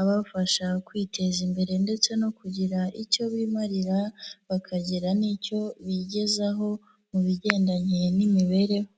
abafasha kwiteza imbere ndetse no kugira icyo bimarira bakagira n'icyo bigezaho mu bigendanye n'imibereho.